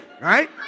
right